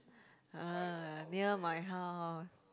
uh near my house